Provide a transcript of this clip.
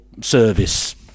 service